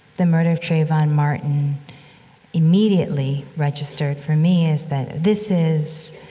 the murder of trayvon martin immediately registered for me is that this is,